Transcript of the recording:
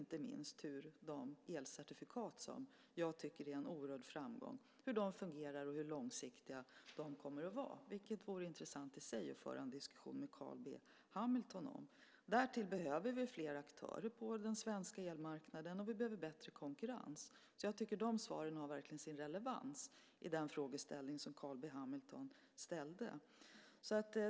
Inte minst viktigt är hur elcertifikaten - som jag tycker varit en oerhörd framgång - fungerar och hur långsiktiga de kommer att vara, vilket i sig vore intressant att föra en diskussion om med Carl B Hamilton. Därtill behöver vi fler aktörer på den svenska elmarknaden, och vi behöver bättre konkurrens. Jag tycker alltså att de svaren verkligen har sin relevans när det gäller de frågor som Carl B Hamilton ställde.